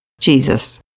Jesus